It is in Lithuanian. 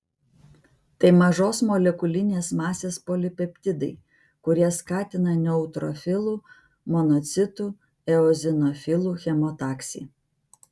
tai mažos molekulinės masės polipeptidai kurie skatina neutrofilų monocitų eozinofilų chemotaksį